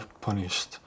punished